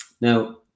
Now